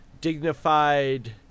dignified